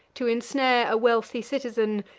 to ensnare a wealthy citizen,